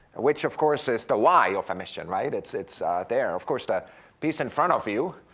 which of course, is the why of a mission, right, it's it's there, of course, the piece in front of you,